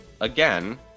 again